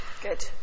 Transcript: Good